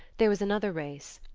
there was another race,